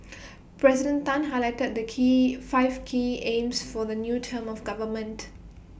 President Tan highlighted the key five key aims for the new term of government